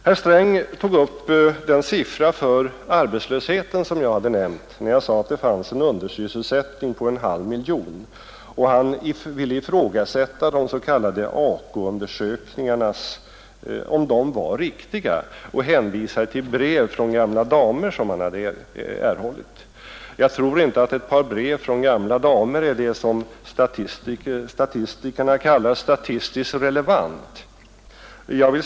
Herr Sträng tog upp den siffra för arbetslösheten som jag hade nämnt — jag sade att det finns en undersysselsättning på en halv miljon — och ville ifrågasätta riktigheten av de s.k. AK-undersökningarna. Han hänvisade till brev som han hade erhållit från gamla damer. Jag tror inte att ett par brev från gamla damer är vad statistikerna kallar statistiskt relevant material.